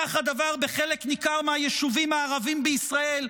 כך הדבר בחלק ניכר מהיישובים הערביים בישראל,